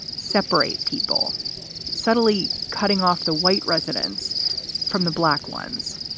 separate people suddenly cutting off the white residents from the black ones.